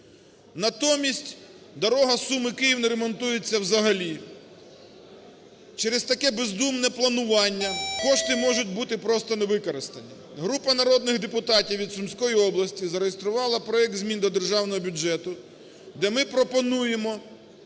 Натомість дорога Суми-Київ не ремонтується взагалі. Через таке бездумне планування, кошти можуть бути просто не використані. Група народних депутатів від Сумської області зареєструвала проект змін до державного бюджету, де ми пропонуємо,